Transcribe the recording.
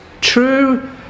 true